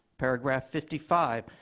paragraph fifty five,